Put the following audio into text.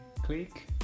click